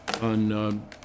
On